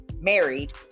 married